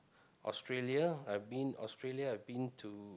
Australia I've been Australia I've been too